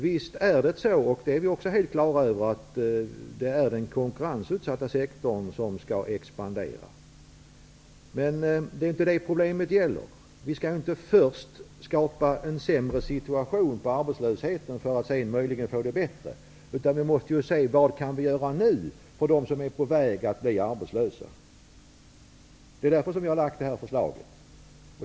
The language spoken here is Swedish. Vi är helt på det klara med att det är den konkurrensutsatta sektorn som skall expandera. Men det är inte det problemet gäller. Vi skall inte först skapa en ännu värre situation när det gäller arbetslösheten för att sedan möjligen få det bättre. Vi måste i stället se vad vi kan göra nu för dem som är på väg att bli arbetslösa. Det är därför som jag har lagt fram detta förslag.